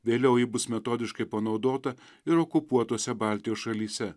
vėliau ji bus metodiškai panaudota ir okupuotose baltijos šalyse